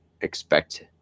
expect